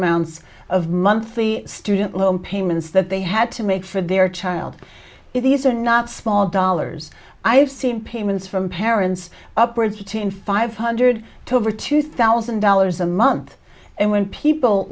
amounts of monthly student loan payments that they had to make for their child if these are not small dollars i've seen payments from parents upwards between five hundred to over two thousand dollars a month and when people